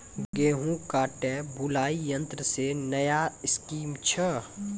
गेहूँ काटे बुलाई यंत्र से नया स्कीम छ?